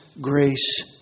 grace